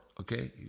Okay